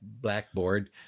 blackboard